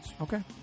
Okay